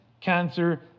cancer